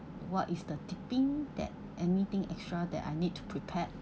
what is the tipping that anything extra that I need to prepare